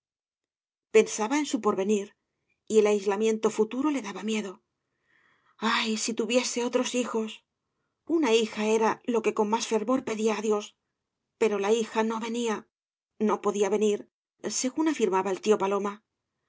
pensaba en su porvenir y el aislamiento futuro la daba miedo ay si tuviese otros hijos una hija era lo que con más fervor pedía á dios pero la hija no venía no podía venir según afirmaba el tío paloma